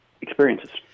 experiences